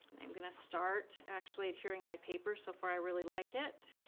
i'm gonna start actually adhering my paper. so far i really like it.